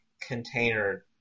container